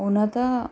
हुन त